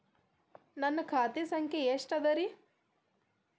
ನನ್ನ ಖಾತೆ ಸಂಖ್ಯೆ ಎಷ್ಟ ಅದರಿ?